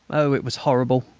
oh! it was horrible!